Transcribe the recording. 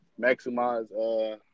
maximize